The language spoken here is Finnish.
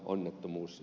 onnettomuus